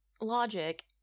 logic